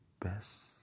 Best